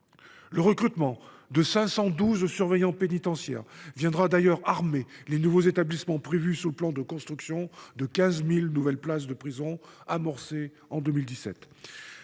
Le recrutement de 512 surveillants pénitentiaires viendra d’ailleurs armer les nouveaux établissements prévus par le plan de construction de 15 000 nouvelles places de prison amorcé en 2017.